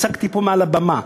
הצגתי פה מעל הבמה,